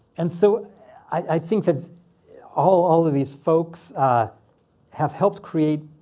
and so i think that all all of these folks have helped create